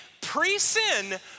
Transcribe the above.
pre-sin